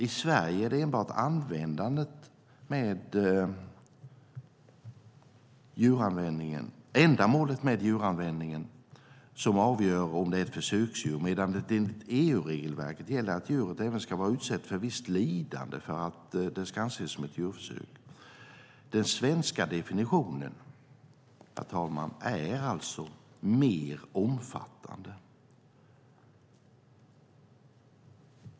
I Sverige är det enbart ändamålet med djuranvändningen som avgör om det är ett försöksdjur, men i EU-regelverket gäller att djuret även ska vara utsatt för visst lidande för att det ska anses som ett djurförsök. Den svenska definitionen, herr talman, är alltså mer omfattande.